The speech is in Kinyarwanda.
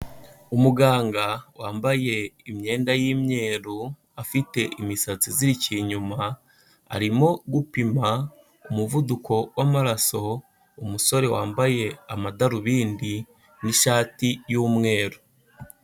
Umuganga, wambaye, imyenda y'imyeru, afite imisatsi izirikiye inyuma, arimo gupima, umuvuduko w'amaraso, umusore wambaye, amadarubindi, n'ishati, y'umweru.